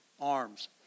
arms